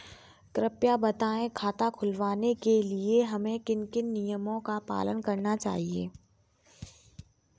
कृपया बताएँ खाता खुलवाने के लिए हमें किन किन नियमों का पालन करना चाहिए?